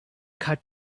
cut